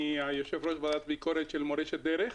אני יושב-ראש ועדת ביקורת של "מורשת דרך".